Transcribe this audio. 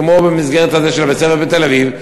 כמו במסגרת הזאת של בית-הספר בתל-אביב,